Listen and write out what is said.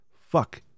fuck